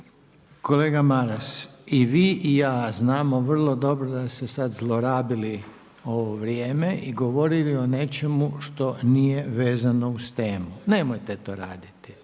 Kolega Maras i vi i ja znamo vrlo dobro da ste sad zlorabili ovo vrijeme i govorili o nečemu što nije vezano uz temu. Nemojte to raditi!